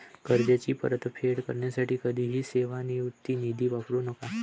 कर्जाची परतफेड करण्यासाठी कधीही सेवानिवृत्ती निधी वापरू नका